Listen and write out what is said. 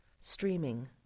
streaming